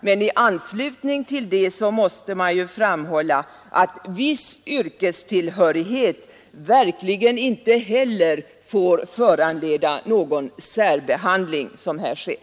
Men i anslutning till det måste man framhålla att viss yrkestillhörighet verkligen inte heller får föranleda någon sådan särställning som här sker.